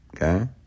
okay